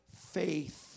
faith